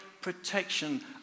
protection